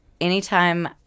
anytime